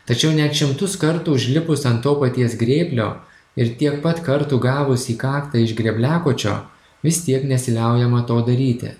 tačiau net šimtus kartų užlipus ant to paties grėblio ir tiek pat kartų gavus į kaktą iš grėbliakočio vis tiek nesiliaujama to daryti